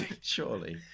surely